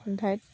অন্য় ঠাইত